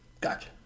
Gotcha